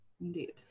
Indeed